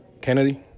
Kennedy